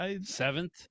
Seventh